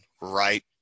right